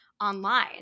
online